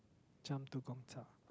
jump to Gong-Cha